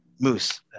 Moose